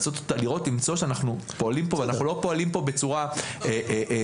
למצוא שאנחנו לא פועלים פה בצורה אוטומטית.